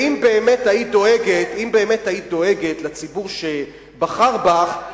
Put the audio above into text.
אם באמת היית דואגת לציבור שבחר בך,